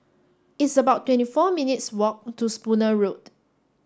it's about twenty four minutes' walk to Spooner Road